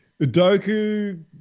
Doku